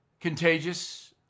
contagious